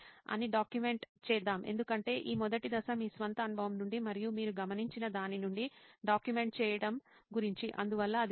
అని డాక్యుమెంట్ చేద్దాం ఎందుకంటే ఈ మొదటి దశ మీ స్వంత అనుభవం నుండి మరియు మీరు గమనించిన దాని నుండి డాక్యుమెంట్ చేయడం గురించి అందువల్ల అది ఉంది